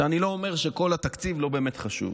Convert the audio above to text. אני לא אומר שכל התקציב לא באמת חשוב.